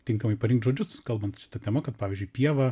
tinkamai parinkt žodžius kalbant šita tema kad pavyzdžiui pieva